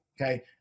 okay